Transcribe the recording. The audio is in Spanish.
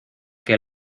que